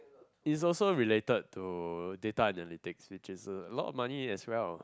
is also related to data analytics which is a lot of money as well